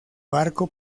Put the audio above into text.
barco